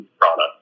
product